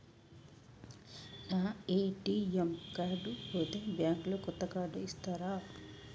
నా ATM card పోతే bank లో కొత్త కార్డు ఇస్తరా?